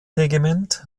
regiment